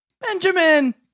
Benjamin